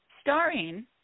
starring